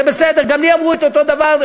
זה בסדר, גם לי אמרו את אותו דבר.